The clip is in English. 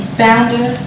founder